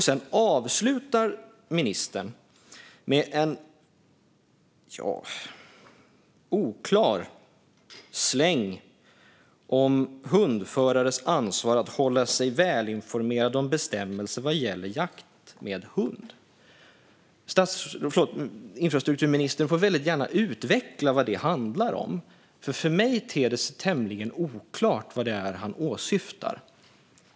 Sedan avslutar ministern med en oklar släng om hundförares ansvar att hålla sig välinformerade vad gäller bestämmelser vad gäller jakt med hund. Infrastrukturministern får väldigt gärna utveckla vad det handlar om. För mig ter det sig tämligen oklart vad det är han åsyftar.